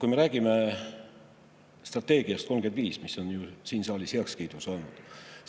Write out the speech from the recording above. Kui me räägime strateegiast 2035, mis on siin saalis heakskiidu saanud,